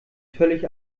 völlig